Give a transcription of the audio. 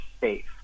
safe